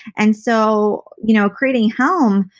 and so you know, creating helm,